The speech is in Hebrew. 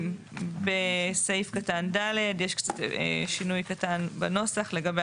בסעיף (ד) יש שינוי קטן בנוסח לגבי